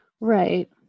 right